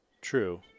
True